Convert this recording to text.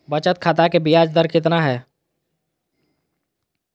बचत खाता के बियाज दर कितना है?